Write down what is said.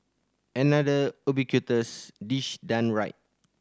another ubiquitous dish done right